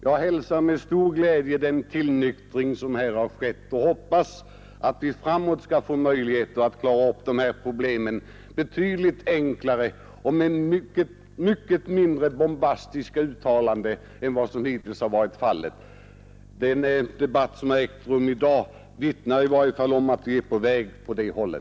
Jag hälsar med stor glädje den tillnyktring som här har skett och hoppas att vi framgent skall få möjlighet att klara upp de här problemen betydligt enklare och med mycket mindre bombastiska uttalanden än vad som hittills har varit fallet. Den debatt som har ägt rum i dag vittnar i varje fall om att vi är på väg åt det hållet.